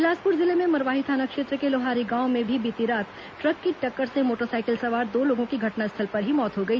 बिलासपुर जिले में मरवाही थाना क्षेत्र के लोहारी गांव में भी बीती रात ट्रक की टक्कर से मोटरसाइकिल सवार दो लोगों की घटनास्थल पर ही मौत हो गई